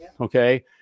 Okay